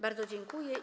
Bardzo dziękuję.